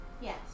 Yes